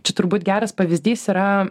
čia turbūt geras pavyzdys yra